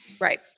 Right